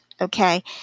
Okay